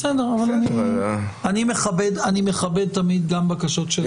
בסדר, אני מכבד תמיד גם בקשות של